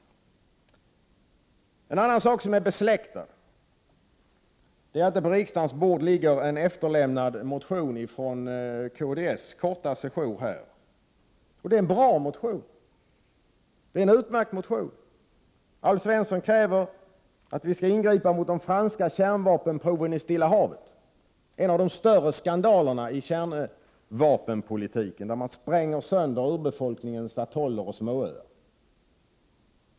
En annan fråga som är besläktad med denna gäller en efterlämnad motion från kds korta sejour här i riksdagen. Det är en bra motion. Alf Svensson kräver i denna motion att Sverige skall ingripa mot de franska kärnvapenproven i Stilla havet, en av de större skandalerna i kärnvapenpolitiken. I Stilla havet spränger man nämligen sönder urbefolkningens atoller och småöar.